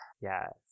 Yes